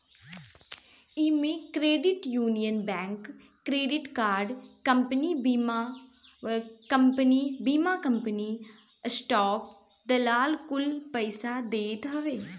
इमे credit union bank, credit card company, बीमा company, stock दलाल कुल पइसा देत हवे